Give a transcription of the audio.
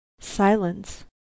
silence